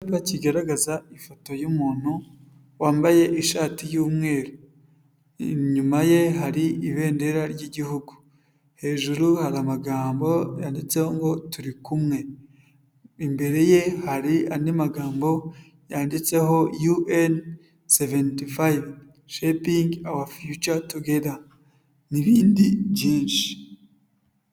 Icyapa kigaragaza ifoto y' yumuntu wambaye ishati yu'mweru inyuma ye hari ibendera ry'igihugu hejuru hari amagambo yanditseho un ngo turikumwe imbere ye hari andi magambo yanditseho UN 75 seventy-five shiping future together n'ibindi byinshi.